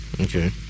Okay